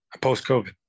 post-COVID